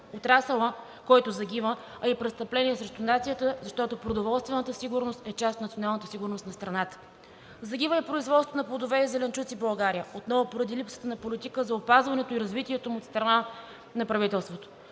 отрасъла, който загива, а и престъпление срещу нацията, защото продоволствената сигурност е част от националната сигурност на страната. Загива и производството на плодове и зеленчуци в България, отново поради липсата на политика за опазването и развитието му от страна на правителството.